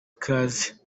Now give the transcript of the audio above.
ikaze